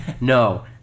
No